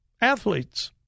athletes